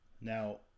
Now